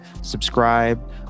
subscribe